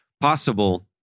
possible